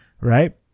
right